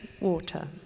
water